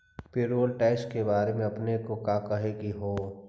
Payroll tax के बारे में आपने के का कहे के हेअ?